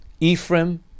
Ephraim